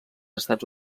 estats